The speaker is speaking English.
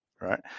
right